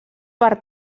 per